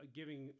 giving